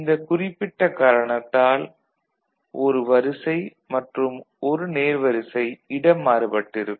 இந்த குறிப்பிட்டக் காரணத்தால் ஒரு வரிசை மற்றும் ஒரு நேர்வரிசை இடம் மாறுபட்டிருக்கும்